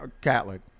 catholic